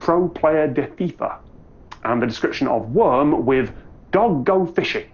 pro player de fifa and the description of worm with dog go fishing.